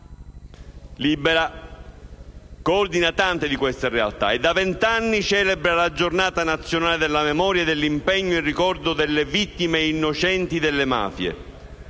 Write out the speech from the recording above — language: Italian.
Libera coordina tante di queste realtà e da venti anni celebra la Giornata nazionale della memoria e dell'impegno in ricordo delle vittime innocenti delle mafie,